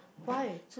why